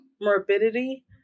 morbidity